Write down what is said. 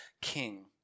king